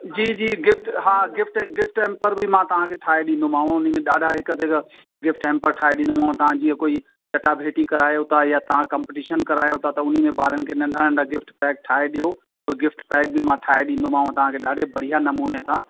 जी जी गिफ़्ट हा gift gift gift hamper बि मां तव्हांखे ठाहे ॾींदोमांव हुन में ॾाढा हिकु ते हिकु गिफ़्ट हैम्पर ठाहे ॾींदोमांव तव्हां जीअं कोई चटाभेटी करायो था या तव्हां कम्पटिशन करायो था त हुन में ॿारनि खे नंढा नंढा गिफ़्ट पैक ठाहे ॾियो उहो गिफ़्ट पैक बि मां ठाहे ॾींदोमांव तव्हांखे ॾाढे बढ़िया नमूने सां